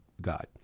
God